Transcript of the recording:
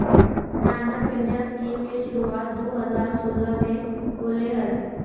stand up India scheme के शुरुआत दू हज़ार सोलह में होलय हल